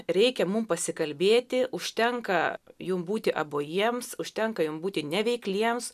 reikia mum pasikalbėti užtenka jum būti abuojiems užtenka jum būti neveikliems